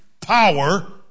power